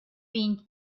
being